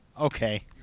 Okay